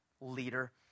leader